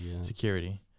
security